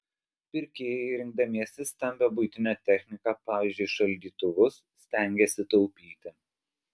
pirkėjai rinkdamiesi stambią buitinę techniką pavyzdžiui šaldytuvus stengiasi taupyti